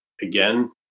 again